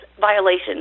violations